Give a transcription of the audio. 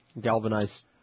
Galvanized